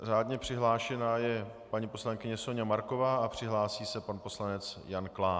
Řádně přihlášená je paní poslankyně Soňa Marková a připraví se pan poslanec Jan Klán.